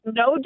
no